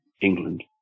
England